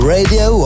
Radio